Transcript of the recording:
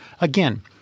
again